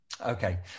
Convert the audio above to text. Okay